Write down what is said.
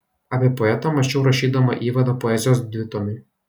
apie poetą mąsčiau rašydama įvadą poezijos dvitomiui